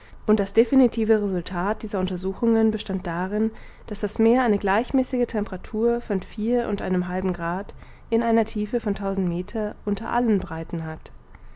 und das definitive resultat dieser untersuchungen bestand darin daß das meer eine gleichmäßige temperatur von vier und einem halben grad in einer tiefe von tausend meter unter allen breiten hat